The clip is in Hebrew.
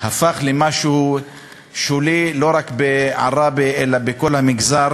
הפך למשהו שולי לא רק בעראבה אלא בכל המגזר.